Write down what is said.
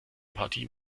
partie